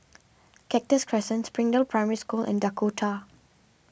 Cactus Crescent Springdale Primary School and Dakota